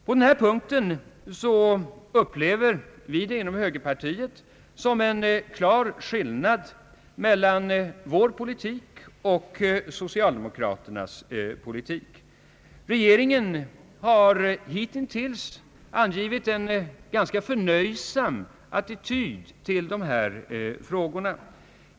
På denna punkt upplever vi det inom högerpartiet som en klar skillnad mellan vår politik och socialdemokraternas. Regeringen har hittills intagit en förnöjsam attityd till dessa frågor.